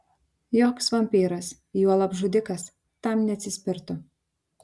joks vampyras juolab žudikas tam neatsispirtų